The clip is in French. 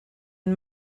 une